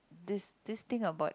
this this thing about